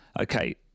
Okay